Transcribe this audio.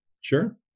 sure